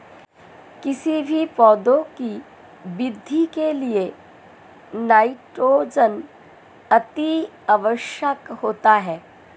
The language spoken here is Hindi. किसी भी पौधे की वृद्धि के लिए नाइट्रोजन अति आवश्यक होता है